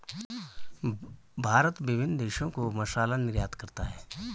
भारत विभिन्न देशों को मसाला निर्यात करता है